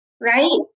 right